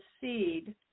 seed